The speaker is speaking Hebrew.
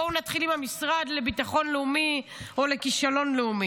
בואו נתחיל עם המשרד לביטחון לאומי או לכישלון לאומי.